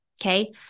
Okay